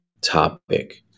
topic